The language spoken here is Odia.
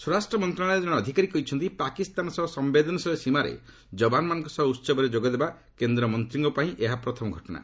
ସ୍ୱରାଷ୍ଟ୍ର ମନ୍ତ୍ରଣାଳୟର ଜଣେ ଅଧିକାରୀ କହିଛନ୍ତି ପାକିସ୍ତାନ ସହ ସମ୍ଭେଦନଶୀଳ ସୀମାରେ ଯବାନମାନଙ୍କ ସହ ଉତ୍ସବରେ ଯୋଗଦେବା କେନ୍ଦ୍ରମନ୍ତ୍ରୀଙ୍କ ପାଇଁ ଏହା ପ୍ରଥମ ଘଟଣା